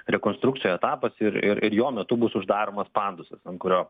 rekonstrukcijų etapas ir ir ir jo metu bus uždaromas pandusas ant kurio